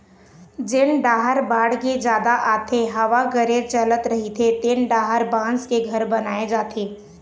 जेन डाहर बाड़गे जादा आथे, हवा गरेर चलत रहिथे तेन डाहर बांस के घर बनाए जाथे